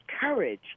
courage